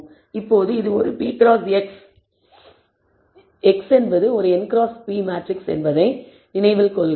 இப்போது இது ஒரு p கிராஸ் X என்பது ஒரு n xகிராஸ் p மேட்ரிக்ஸ் என்பதை நினைவில் கொள்க